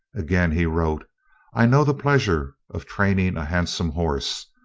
again he wrote i know the pleasure of training a handsome horse.